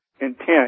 intent